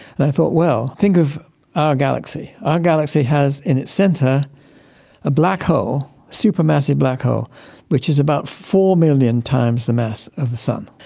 and i thought, well, think of our galaxy, our galaxy has in its centre a black hole, a supermassive black hole which is about four million times the mass of the sun.